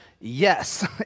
Yes